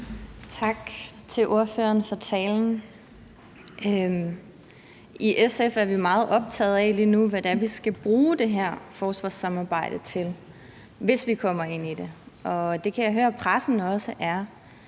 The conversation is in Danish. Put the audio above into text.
Tak til ordføreren for talen. I SF er vi meget optaget af lige nu, hvad det er, vi skal bruge det her forsvarssamarbejde til, hvis vi kommer ind i det. Og det kan jeg høre at pressen også er.